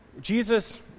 Jesus